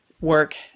work